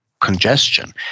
congestion